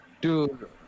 Dude